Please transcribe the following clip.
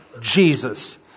Jesus